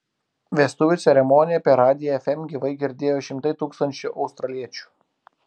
vestuvių ceremoniją per radiją fm gyvai girdėjo šimtai tūkstančių australiečių